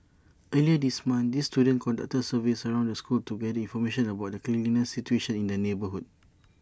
earlier this month these students conducted surveys around the school to gather information about the cleanliness situation in the neighbourhood